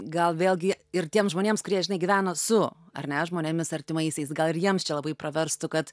gal vėlgi ir tiem žmonėms kurie žinai gyveno su ar ne žmonėmis artimaisiais gal ir jiems čia labai praverstų kad